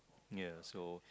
ya so